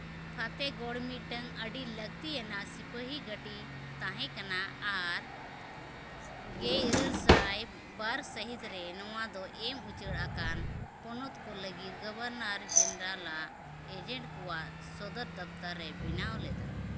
ᱯᱷᱟᱛᱮᱜᱚᱲ ᱢᱤᱫᱴᱮᱝ ᱟᱹᱰᱤ ᱞᱟᱹᱠᱛᱤᱭᱟᱱᱟᱜ ᱥᱤᱯᱟᱹᱦᱤ ᱜᱷᱟᱹᱴᱤ ᱛᱟᱦᱮᱸᱠᱟᱱᱟ ᱟᱨ ᱜᱮ ᱤᱨᱟᱹᱞ ᱥᱟᱭ ᱵᱟᱨ ᱥᱟᱹᱦᱤᱛᱨᱮ ᱱᱚᱣᱟᱫᱚ ᱮᱢ ᱩᱪᱟᱹᱲ ᱟᱠᱟᱱ ᱯᱚᱱᱚᱛᱠᱚ ᱞᱟᱹᱜᱤᱫ ᱜᱚᱵᱷᱚᱨᱱᱚᱨ ᱡᱮᱱᱟᱨᱮᱞᱟᱜ ᱮᱡᱮᱱᱴ ᱠᱚᱣᱟ ᱥᱚᱫᱚᱨ ᱫᱚᱯᱛᱚᱨᱮ ᱵᱮᱱᱟᱣ ᱞᱮᱫᱟ